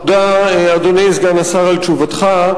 תודה, אדוני סגן השר, על תשובתך.